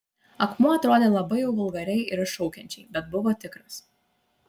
akmuo atrodė labai jau vulgariai ir iššaukiančiai bet buvo tikras